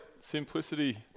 Simplicity